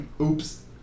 Oops